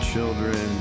Children